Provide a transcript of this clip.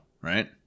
right